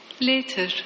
later